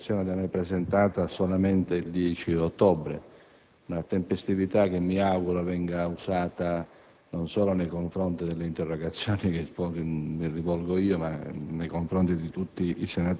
Signor Presidente, innanzitutto ringrazio il rappresentante del Governo per la tempestività con cui è stata fornita risposta all'interrogazione presentata da me solamente il 10 ottobre.